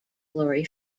glory